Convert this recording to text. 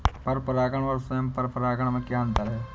पर परागण और स्वयं परागण में क्या अंतर है?